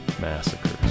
Massacres